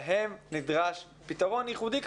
להם נדרש פתרון ייחודי.